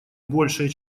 большее